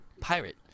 pirate